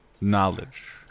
knowledge